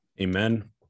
Amen